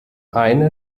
eine